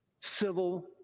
Civil